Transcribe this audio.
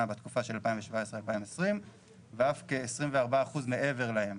בתקופה של 2017-2020 ואף כ-24% מעבר להן.